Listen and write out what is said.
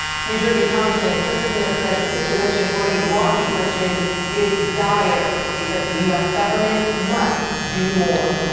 new jersey congressman chris smith says the situation for iraqi christians is dire. he says the u s. government must do more.